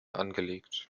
angelegt